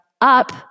up